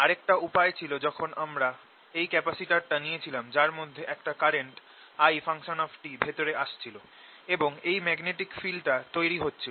আরেকটা উপায় ছিল যখন আমরা এই ক্যাপাসিটরটা নিয়েছিলাম যার মধ্যে একটা কারেন্ট I ভেতরে আসছিল এবং এই ম্যাগনেটিক ফিল্ডটা তৈরি হচ্ছিল